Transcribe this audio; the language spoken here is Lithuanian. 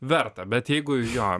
verta bet jeigu jo